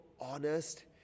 honest